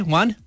one